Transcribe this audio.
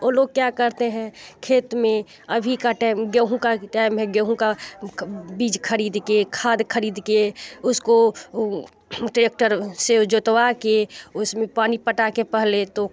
और लोग क्या करते हैं खेत में अभी का टेम गेहूँ का टेम है गेहूँ का बीज खरीद के खाद खरीद के उसको ट्रेक्टर से जोतवा के उसमें पानी पटा के पहले तो